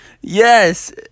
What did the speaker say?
Yes